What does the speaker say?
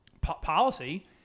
policy